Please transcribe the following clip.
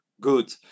good